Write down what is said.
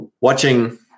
watching